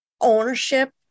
ownership